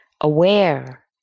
aware